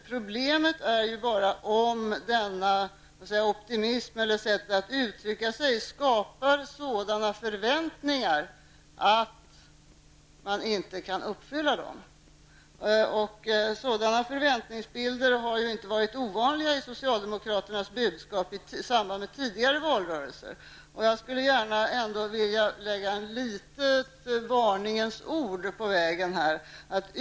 Problemet är om denna optimism, eller detta sätt att uttrycka sig, skapar sådana förväntningar att man inte kan uppfylla dem. Sådana förväntningsbilder har inte varit ovanliga i socialdemokraternas budskap i samband med tidigare valrörelser. Jag skulle gärna vilja säga ett litet varningens ord på vägen.